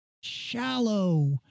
shallow